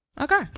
Okay